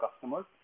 customers